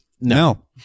no